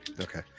Okay